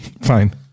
Fine